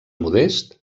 modest